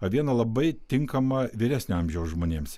aviena labai tinkama vyresnio amžiaus žmonėms